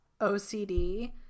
OCD